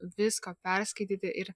visko perskaityti ir